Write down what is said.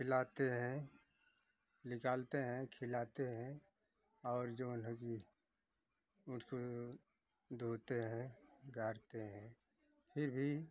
खिलाते हैं निकालते हैं खिलाते हैं और जो है उसको धोते हैं गाड़ते हैं फिर भी